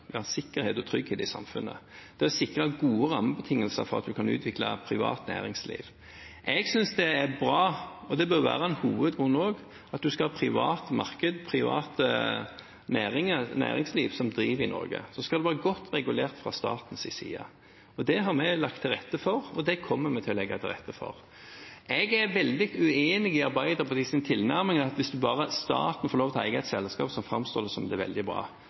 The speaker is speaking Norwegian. gode rammebetingelser for at en kan utvikle privat næringsliv. Jeg synes det er bra, og det bør også være en hovedgrunn, at en skal ha et privat marked, et privat næringsliv, som driver i Norge. Så skal det være godt regulert fra statens side, det har vi lagt til rette for, og det kommer vi til å legge til rette for. Jeg er veldig uenig i Arbeiderpartiets tilnærming: at hvis bare staten får lov til å eie et selskap, framstår det som veldig bra. Vi ser altså at de selskapene som Arbeiderpartiet i sin tid var med og delprivatiserte, faktisk gjør det